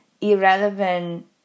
irrelevant